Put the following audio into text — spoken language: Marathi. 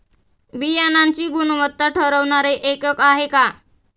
बियाणांची गुणवत्ता ठरवणारे एकक आहे का?